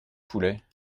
poulet